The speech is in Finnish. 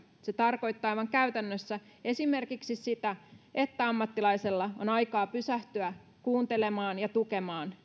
se tarkoittaa aivan käytännössä esimerkiksi sitä että ammattilaisella on aikaa pysähtyä kuuntelemaan ja tukemaan